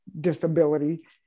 disability